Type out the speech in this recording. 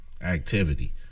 activity